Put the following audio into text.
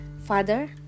Father